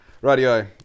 Radio